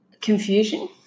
confusion